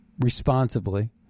responsibly